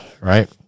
right